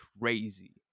crazy